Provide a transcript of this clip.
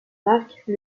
marque